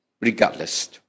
Regardless